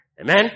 Amen